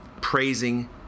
praising